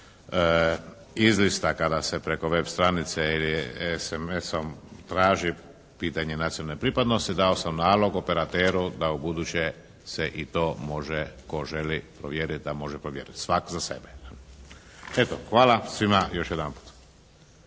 izlista kada se preko web stranice ili SMS-om traži pitanje nacionalne pripadnosti, dao sam nalog operateru da ubuduće se i to može tko želi provjeriti da može provjeriti svak' za sebe. Eto hvala svima još jedanput.